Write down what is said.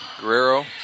Guerrero